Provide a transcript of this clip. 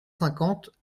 cinquante